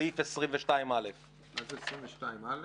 פלוס אני מעלה טענת נושא חדש על סעיף 22א. מה זה סעיף 22א?